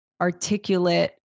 articulate